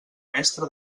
mestre